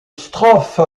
strophe